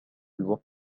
الوقت